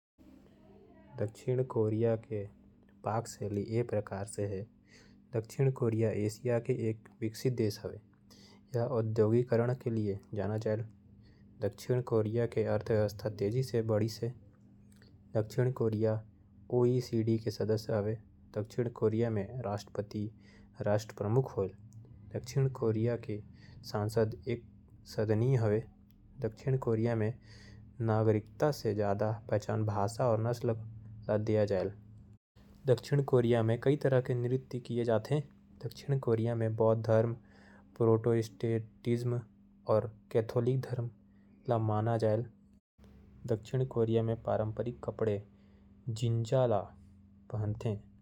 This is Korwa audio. दक्षिण कोरिया के पाक शैली। दक्षिण कोरिया एशिया महाद्वीप के पूर्वी भाग म स्थित एक ठिन देस हे। ए कोरियाई प्रायद्वीप के दक्षिणी भाग म हवय। दक्षिण कोरिया ल शांत बिहनिया के धरती के रूप म घलो जाने जाथे। एखर राजधानी सोल हे। दक्षिण कोरिया के बारे म कतकोन बिसेस बात। दक्षिण कोरिया के आधिकारिक नाव कोरिया गणराज्य आरओके हरय। ए देस चीन अउ जापान के बीच स्थित हे। दक्षिण कोरिया के अर्थव्यवस्था विशव के सबले मजबूत अर्थव्यवस्था म ले एक हे। दक्षिण कोरिया के सबले जादा संपत्ति विनिर्माण अउ। बैंकिंग जइसन सेवा उद्योग ले आथे। जहाज कार कम्प्यूटर अउ दूसर इलेक्ट्रॉनिक सामान के निर्माण अउ। निर्यात दक्षिण कोरिया म करे जात हे। दक्षिण कोरिया के संस्कृति चीन अउ जापान ले जुड़े हे। दक्षिण कोरिया के राजधानी सोल विशव के दूसर सबले। बड़का महानगरीय क्षेत्र हरय। कोरियाई भासा दक्षिण कोरिया म बोले जाथे।